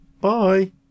Bye